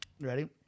ready